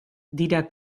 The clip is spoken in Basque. dira